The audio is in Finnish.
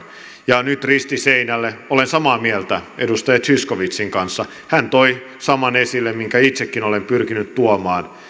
ja nyt risti seinälle olen samaa mieltä edustaja zyskowiczin kanssa hän toi esille saman minkä itsekin olen pyrkinyt tuomaan